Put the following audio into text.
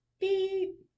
beep